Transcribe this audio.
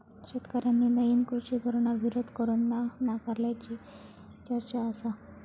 शेतकऱ्यांनी नईन कृषी धोरणाक विरोध करून ता नाकारल्याची चर्चा आसा